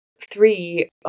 three